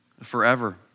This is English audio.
forever